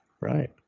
right